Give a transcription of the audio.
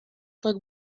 tak